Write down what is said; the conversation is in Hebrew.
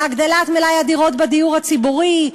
להגדלת מלאי הדירות בדיור הציבורי,